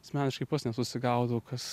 asmeniškai pats nesusigaudau kas